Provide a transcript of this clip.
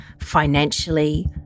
financially